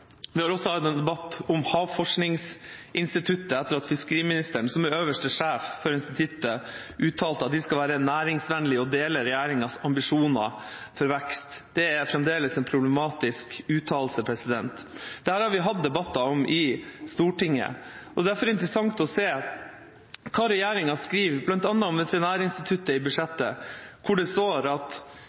Vi har også hatt en debatt om Havforskningsinstituttet etter at fiskeriministeren, som er øverste sjef for instituttet, uttalte at de skal være næringsvennlige og dele regjeringas ambisjoner for vekst. Det er fremdeles en problematisk uttalelse. Dette har vi hatt debatter om i Stortinget, og derfor er det interessant å se hva regjeringa skriver bl.a. om Veterinærinstituttet i budsjettet, hvor det står: